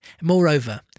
Moreover